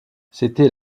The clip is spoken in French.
c’était